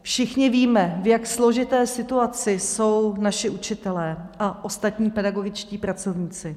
Všichni víme, v jak složité situaci jsou naši učitelé a ostatní pedagogičtí pracovníci.